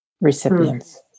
recipients